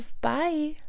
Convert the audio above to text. bye